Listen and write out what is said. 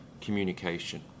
Communication